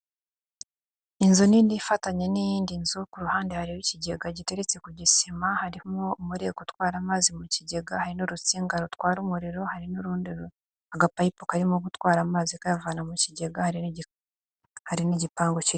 Inzu nini ifatanye n'iyindi nzu ku ruhande hareba ikigega giteretse kugisima, harimo umureko utwara amazi mu kigega, hari mo n'urisinga rutwara umuriro, hari n'urundi agapayipu karimo gutwara amazi kayavana mu kigega hari n'igipangu.